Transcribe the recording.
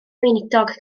weinidog